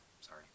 sorry